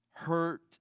Hurt